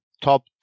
top